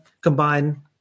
combine